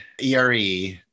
ERE